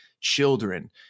children